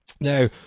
Now